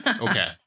Okay